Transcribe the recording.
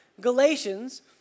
Galatians